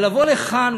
אבל לבוא לכאן